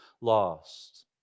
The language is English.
lost